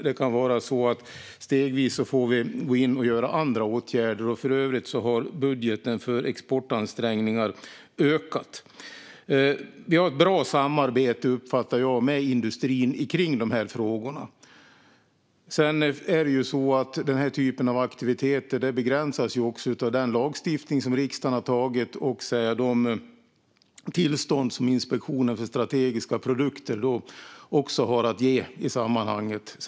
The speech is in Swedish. Det kan vara så att vi stegvis får gå in med andra åtgärder. För övrigt har budgeten för exportansträngningar ökat. Jag uppfattar att vi har ett bra samarbete med industrin i dessa frågor. Den här typen av aktiviteter begränsas ju av den lagstiftning som riksdagen har antagit och de tillstånd som Inspektionen för strategiska produkter har att ge i sammanhanget.